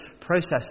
process